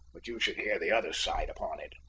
but you should hear the other side upon it.